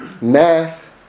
math